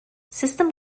system